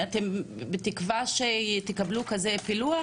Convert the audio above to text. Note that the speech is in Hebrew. אתם בתקווה שתקבלו כזה פילוח?